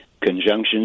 Conjunction